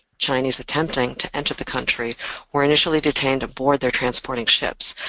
chinese attempting to enter the country were initially detained aboard their transporting ships,